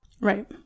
Right